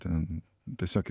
ten tiesiog